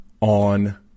on